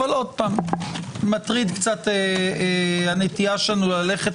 אבל שוב - מטריד הנטייה שלנו ללכת